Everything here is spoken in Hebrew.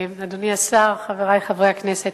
אדוני השר, חברי חברי הכנסת,